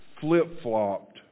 flip-flopped